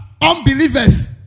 unbelievers